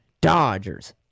Dodgers